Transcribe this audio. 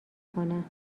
کنم